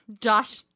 Josh